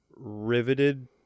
riveted